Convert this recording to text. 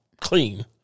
clean